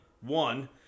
one